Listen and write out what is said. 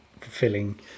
fulfilling